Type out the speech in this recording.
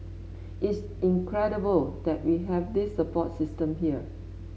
it's incredible that we have this support system here